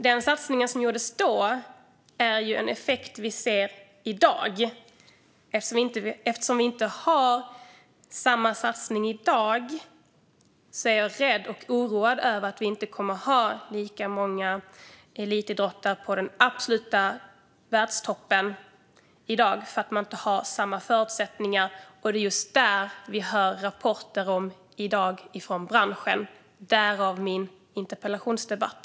Vi ser i dag effekten av den satsning som gjordes då. Eftersom vi inte har samma satsning i dag är jag rädd att vi inte kommer att ha lika många elitidrottare på den absoluta världstoppen framöver. De har inte samma förutsättningar. Det är just detta som vi hör rapporter om i dag från branschen - därav denna interpellationsdebatt.